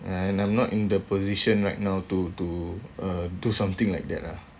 and I'm not in the position right now to to uh do something like that lah